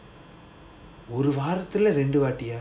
ஒரு வாரத்துல ரெண்டு வாட்டியா:oru vaarathula rendu vaatiyaa